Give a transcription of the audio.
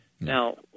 Now